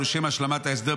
ולשם השלמת ההסדר,